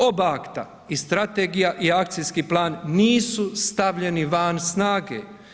Oba akta i strategija i akcijski plan nisu stavljeni van snage.